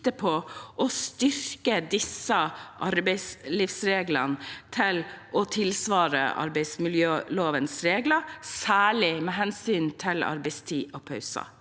på å styrke disse arbeidslivsreglene til å tilsvare arbeidsmiljølovens regler, særlig med hensyn til arbeidstid og pauser.